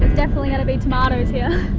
definitely gonna be tomatoes here.